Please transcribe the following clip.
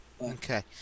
Okay